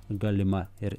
galima ir